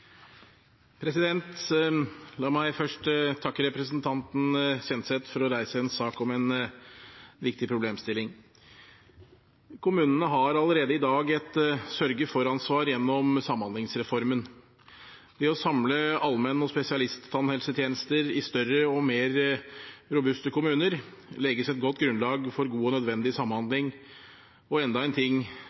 annet. La meg først takke representanten Kjenseth for å reise en sak om en viktig problemstilling. Kommunene har allerede i dag et sørge-for-ansvar gjennom samhandlingsreformen. Ved å samle allmenn- og spesialisttannhelsetjenester i større og mer robuste kommuner legges et godt grunnlag for god og nødvendig samhandling, og enda en ting